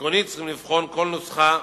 עקרונית צריכים לבחון כל נוסחה,